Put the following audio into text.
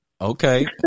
Okay